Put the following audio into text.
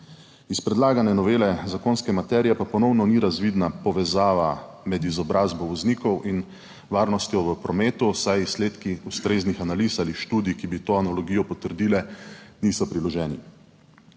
Iz predlagane novele zakonske materije pa ponovno ni razvidna povezava med izobrazbo voznikov in varnostjo v prometu, saj izsledki ustreznih analiz ali študij, ki bi to analogijo potrdile, niso priloženi.